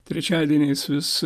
trečiadieniais vis